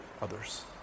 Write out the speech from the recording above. others